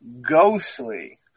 Ghostly